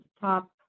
top